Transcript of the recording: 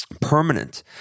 permanent